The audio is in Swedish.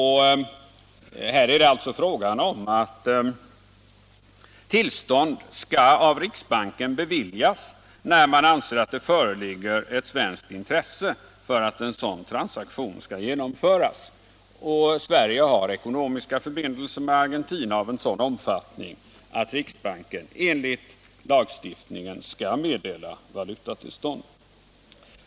Här är det alltså fråga om att tillstånd skall beviljas av riksbanken när det anses föreligga ett svenskt intresse av att en sådan transaktion skall genomföras. Sverige har ekonomiska förbindelser med Argentina av sådan omfattning att riksbanken enligt lagstiftningen skall meddela valutatillstånd.